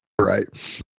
right